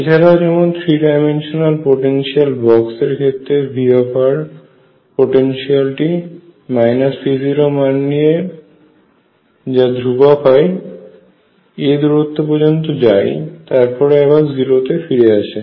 এছাড়াও যেমন three dimensional potential box এর ক্ষেত্রে V পোটেনশিয়াল টি V0 মান নিয়ে যা ধ্রুবক হয় a দূরত্ব পর্যন্ত যায় আবার 0 এ ফিরে আসে